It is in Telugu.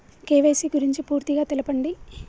కే.వై.సీ గురించి పూర్తిగా తెలపండి?